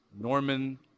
Norman